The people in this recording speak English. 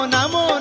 Namo